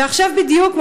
ועכשיו בדיוק,